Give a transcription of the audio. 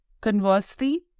Conversely